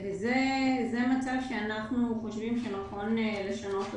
זה מצב שאנחנו חושבים שנכון לשנות אותו.